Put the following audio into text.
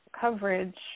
coverage